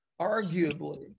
arguably